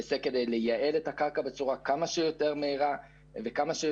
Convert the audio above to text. במטרה לנצל את הקרקע בצורה כמה שיותר מהירה וטובה,